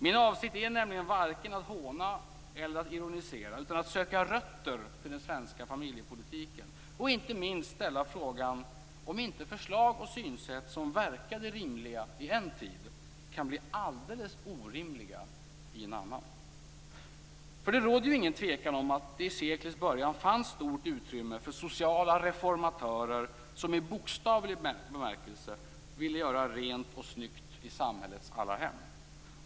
Min avsikt är nämligen varken att håna eller att ironisera, utan att söka rötter till den svenska familjepolitiken och inte minst ställa frågan om inte förslag och synsätt som verkade rimliga i en tid kan bli alldeles orimliga i en annan. För det råder ingen tvekan om att det i seklets början fanns stort utrymme för sociala reformatörer som i bokstavlig bemärkelse ville göra rent och snyggt i samhällets alla hem.